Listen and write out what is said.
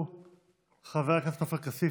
כבוד השר,